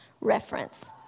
reference